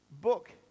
book